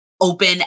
open